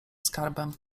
skarbem